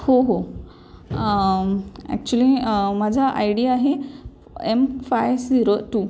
हो हो ॲक्च्युली माझा आय डी आहे एम फाय झिरो टू